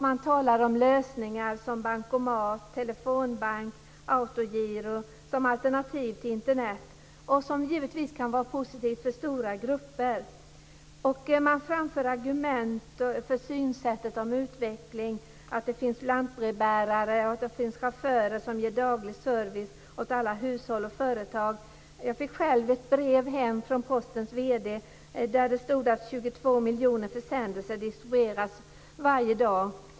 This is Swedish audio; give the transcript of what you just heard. Man talar om lösningar som bankomat, telefonbank och autogiro som alternativ till Internet och som givetvis kan vara positivt för stora grupper. Man framför argument för synsättet på utveckling, att det finns lantbrevbärare och att det finns chaufförer som ger daglig service åt alla hushåll och företag. Jag fick själv ett brev hem från Postens vd, där det stod att 22 miljoner försändelser distribueras varje dag.